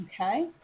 Okay